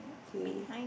K